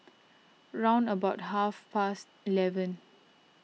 round about half past eleven